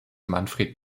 manfred